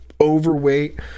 overweight